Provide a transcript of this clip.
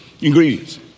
Ingredients